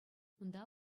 унта